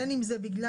אם בגלל